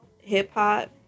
hip-hop